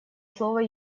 слово